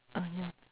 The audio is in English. uh yeah